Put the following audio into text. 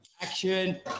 Action